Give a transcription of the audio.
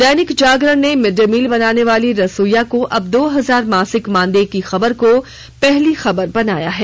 दैनिक जागरण ने mid day meal बनाने वाली रसोइया को अब दो हजार मासिक मानदेय खबर को पहली खबर बनाया है